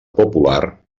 popular